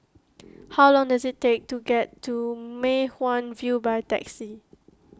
how long does it take to get to Mei Hwan View by taxi